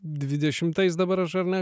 dvidešimtais dabar aš ar ne